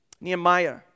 Nehemiah